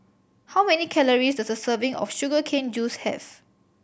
how many calories does a serving of sugar cane juice have